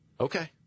Okay